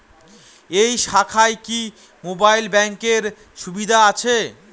এই শাখায় কি মোবাইল ব্যাঙ্কের সুবিধা আছে?